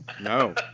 No